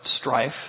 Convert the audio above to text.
strife